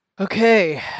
Okay